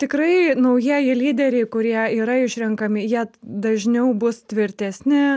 tikrai naujieji lyderiai kurie yra išrenkami jie dažniau bus tvirtesni